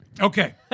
Okay